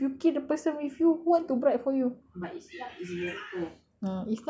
but if you poor who want to bribe for you if you kill the person with you who want to bribe for you